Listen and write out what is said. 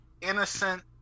innocent